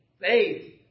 faith